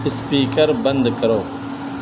speaker بند کرو